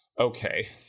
okay